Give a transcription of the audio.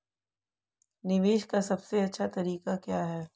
निवेश का सबसे अच्छा तरीका क्या है?